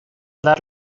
dar